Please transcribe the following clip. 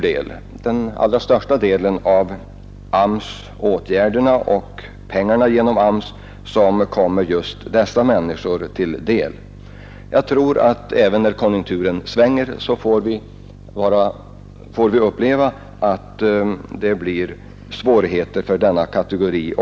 Den allra största delen av AMS-åtgärderna och av pengarna genom AMS har kommit just dessa människor till del. Även när konjunkturen svänger får vi nog uppleva att det blir svårigheter för dessa kategorier.